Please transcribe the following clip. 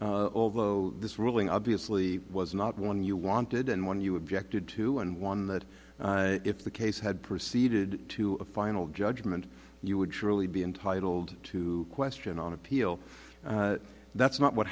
although this ruling obviously was not one you wanted and one you objected to and one that if the case had proceeded to a final judgment you would surely be entitled to question on appeal that's not what